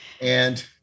and-